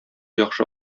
яхшы